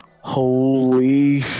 holy